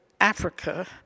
Africa